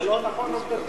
זה לא נכון עובדתית,